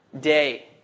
day